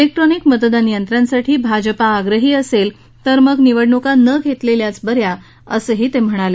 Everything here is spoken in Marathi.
जेक्ट्रॉनिक मतदान यंत्रांसाठी भाजपा आग्रही असेल तर मग निवडणुका न घेतलेल्याच बऱ्या असंही ते म्हणाले